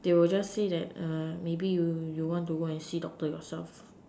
they will just say that maybe you you want to go and see doctor yourself